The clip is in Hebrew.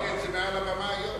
לא, אני אמרתי את זה מעל הבמה היום.